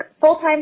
full-time